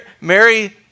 Mary